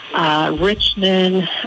Richmond